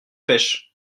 pêche